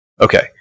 Okay